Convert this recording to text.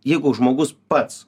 jeigu žmogus pats